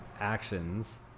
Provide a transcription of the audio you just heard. actions